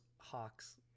Hawks